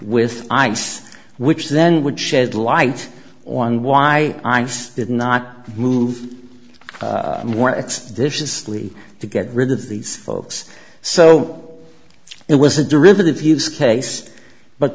with ice which then would shed light on why i've did not move more expeditiously to get rid of these folks so it was a derivative use case but